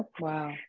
wow